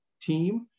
team